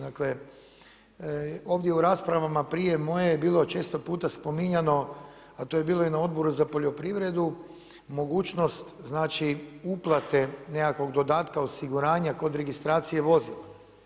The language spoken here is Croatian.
Dakle, ovdje u raspravama prije moje je bilo često puta spominjano a to je bilo i na Odboru za poljoprivredu, mogućnost znači uplate nekakvog dodatka osiguranja kod registracije vozila.